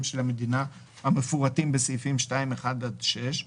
של המדינה המפורטים בסעיף 2(1) עד (6)